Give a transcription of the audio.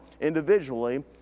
individually